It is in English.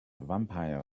vampires